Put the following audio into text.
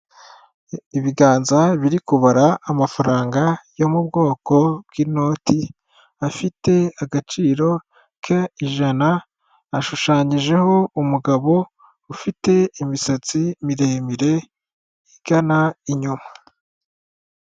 Ibiganza biri kubara amafaranga yo mu bwoko bw'inoti afite agaciro ka ijana, ashushanyijeho umugabo ufite imisatsi miremire igana inyuma.